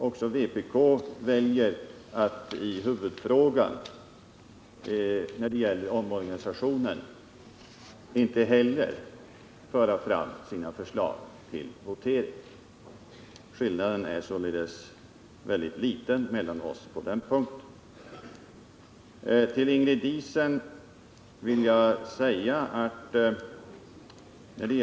Även vpk väljer att i huvudfrågan, beträffande omorganisationen, avstå från att föra fram sina förslag till votering. Skillnaden är således mycket liten mellan socialdemokraterna och vpk på den punkten.